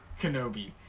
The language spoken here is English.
Kenobi